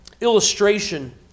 illustration